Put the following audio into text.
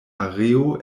areo